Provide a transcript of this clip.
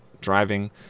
driving